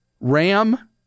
Ram